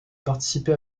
participé